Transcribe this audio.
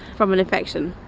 from an infection.